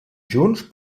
junts